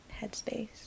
headspace